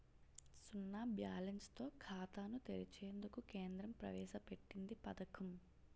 సున్నా బ్యాలెన్స్ తో ఖాతాను తెరిచేందుకు కేంద్రం ప్రవేశ పెట్టింది పథకం